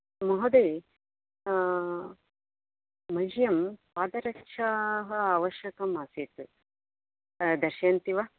महोदय मह्यं पादरक्षाः आवश्यकम् आसीत् दर्शयन्ति वा